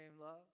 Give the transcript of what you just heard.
love